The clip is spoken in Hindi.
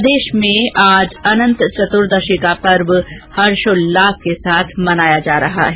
प्रदेश में आज अनंत चतुर्दशी का पर्व हर्षोल्लास के साथ मनाया जा रहा है